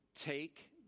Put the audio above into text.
take